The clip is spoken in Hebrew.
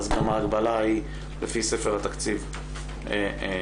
אז גם ההגבלה לפי ספר התקציב תרד.